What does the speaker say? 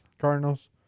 Cardinals